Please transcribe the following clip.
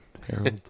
Harold